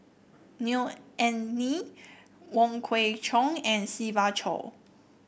Neo Anngee Wong Kwei Cheong and Siva Choy